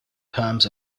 terms